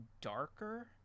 darker